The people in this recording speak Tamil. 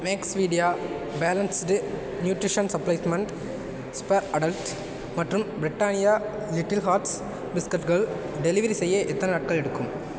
Maxvida balanced nutrition supplement spur adult மற்றும் ப்ரிட்டானியா லிட்டில் ஹார்ட்ஸ் பிஸ்கட்கள் டெலிவரி செய்ய எத்தனை நாட்கள் எடுக்கும்